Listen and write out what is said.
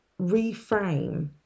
reframe